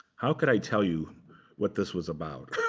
how could i tell you what this was about?